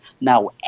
Now